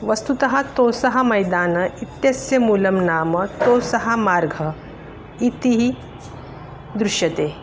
वस्तुतः तोसः मैदान इत्यस्य मूलं नाम तोसः मार्गः इतिः दृश्यते